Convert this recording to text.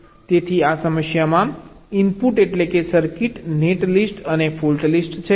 તેથી આ સમસ્યામાં ઇનપુટ એટલેકે સર્કિટ નેટ લિસ્ટ અને ફોલ્ટ લિસ્ટ છે